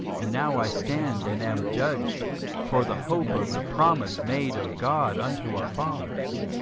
and now i stand and am judged for the hope of the promise made of god, unto our fathers